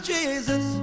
Jesus